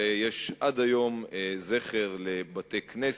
ויש עד היום זכר לבתי-כנסת